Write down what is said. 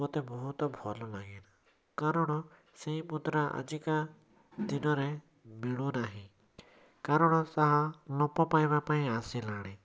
ମୋତେ ବହୁତ ଭଲ ଲାଗିଲା କାରଣ ସେଇ ମୁଦ୍ରା ଆଜିକା ଦିନରେ ମିଳୁନାହିଁ କାରଣ ତାହା ଲୋପ ପାଇବା ପାଇଁ ଆସିଲାଣି